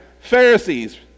Pharisees